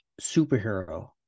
superhero